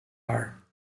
are